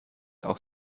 auch